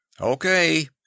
Okay